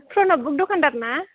फ्रनब book दखान्दार ना